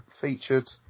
featured